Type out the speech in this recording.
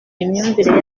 imyumvire